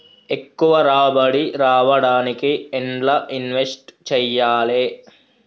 ఎక్కువ రాబడి రావడానికి ఎండ్ల ఇన్వెస్ట్ చేయాలే?